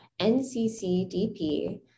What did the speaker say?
NCCDP